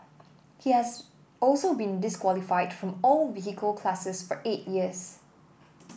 he has also been disqualified from all vehicle classes for eight years